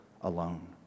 alone